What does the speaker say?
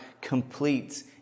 completes